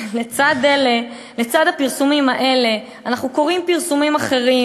לצד הפרסומים האלה אנחנו קוראים פרסומים אחרים